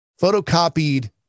photocopied